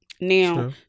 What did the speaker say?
Now